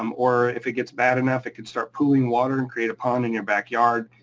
um or, if it gets bad enough, it could start pooling water and create a pond in your backyard.